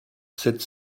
sept